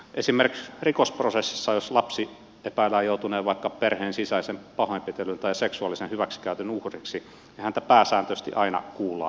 esimerkiksi rikosprosessissa jos lapsen epäillään joutuneen vaikka perheen sisäisen pahoinpitelyn tai seksuaalisen hyväksikäytön uhriksi häntä pääsääntöisesti aina kuullaan